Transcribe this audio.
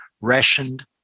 rationed